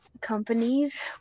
companies